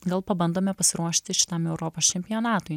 gal pabandome pasiruošti šitam europos čempionatui